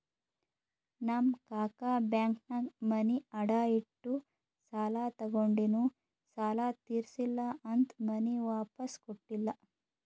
ನಮ್ ಕಾಕಾ ಬ್ಯಾಂಕ್ನಾಗ್ ಮನಿ ಅಡಾ ಇಟ್ಟು ಸಾಲ ತಗೊಂಡಿನು ಸಾಲಾ ತಿರ್ಸಿಲ್ಲಾ ಅಂತ್ ಮನಿ ವಾಪಿಸ್ ಕೊಟ್ಟಿಲ್ಲ